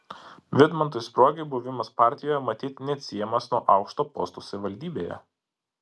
vidmantui spruogiui buvimas partijoje matyt neatsiejamas nuo aukšto posto savivaldybėje